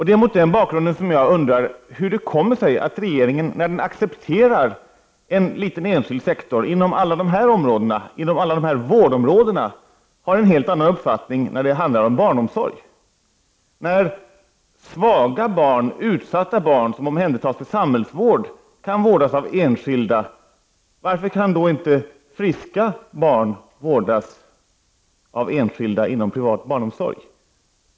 Det är mot denna bakgrund som jag undrar hur det kommer sig att regeringen, när den accepterar en liten enskild sektor inom alla dessa vårdområden, har en helt annan uppfattning när det handlar om barnomsorg. När svaga och utsatta barn som omhändertas för samhällsvård kan vårdas av enskilda, varför kan då inte friska barn vårdas av enskilda inom privat barnomsorg?